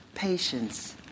patience